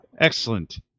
Excellent